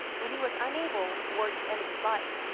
when he was unable, towards the end of his life,